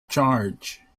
charge